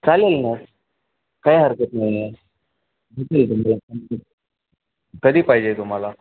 चालेल ना काय हरकत नाही आहे किती कधी पाहिजे तुम्हाला